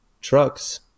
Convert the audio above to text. trucks